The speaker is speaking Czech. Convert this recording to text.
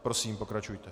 Prosím, pokračujte.